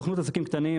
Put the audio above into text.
הסוכנות לעסקים קטנים,